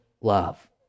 love